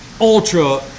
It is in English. ultra